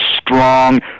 strong